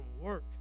work